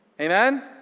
Amen